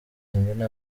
ingene